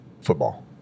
football